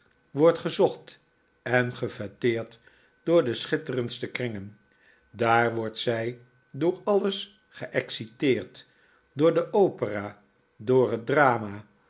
wordt gezocht en gefeteerd door de schitterendste kringen daar wordt zij door alles geexciteerd door de opera door het drama